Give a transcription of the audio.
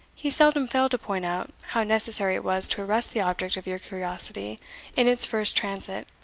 he seldom failed to point out how necessary it was to arrest the object of your curiosity in its first transit,